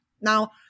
Now